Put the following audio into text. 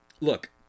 look